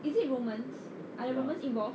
is it romans are the romans involved